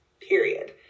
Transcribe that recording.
Period